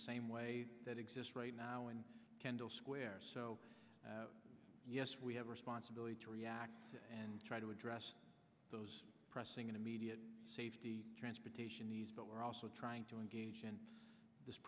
the same way that exist right now in kendall square so yes we have a responsibility to react and try to address those pressing immediate safety transportation needs but we're also trying to engage in this